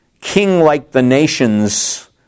king-like-the-nations